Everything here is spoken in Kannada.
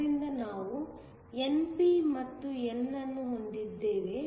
ಆದ್ದರಿಂದ ನಾವು n p ಮತ್ತು n ಅನ್ನು ಹೊಂದಿದ್ದೇವೆ